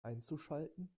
einzuschalten